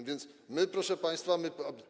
A więc my, proszę państwa, my.